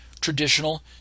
traditional